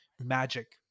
magic